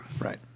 Right